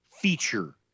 feature